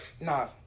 Nah